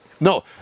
No